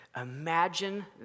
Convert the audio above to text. Imagine